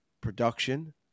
production